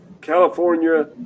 california